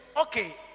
okay